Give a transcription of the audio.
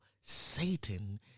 Satan